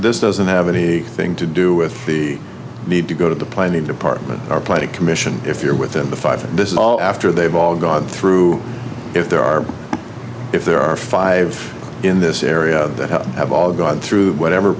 this doesn't have anything to do with the need to go to the planning department or planning commission if you're within the five after they've all gone through if there are if there are five in this area that have all gone through whatever